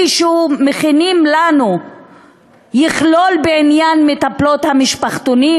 שמכינים לנו יכלול בעניין מטפלות המשפחתונים.